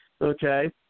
okay